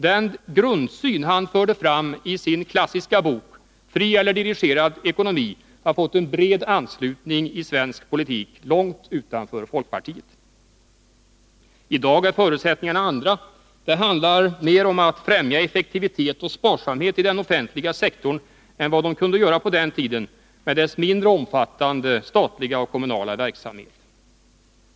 Den grundsyn han förde fram i sin klassiska bok Fri eller dirigerad ekonomi har fått en bred anslutning i svensk politik långt utanför folkpartiet. I dag är förutsättningarna andra. Det handlar mer om att främja effektivitet och sparsamhet i den offentliga sektorn än vad man kunde göra på den tiden, med dess mindre omfattande statliga och kommunala verksamhet.